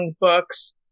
books